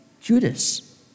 Judas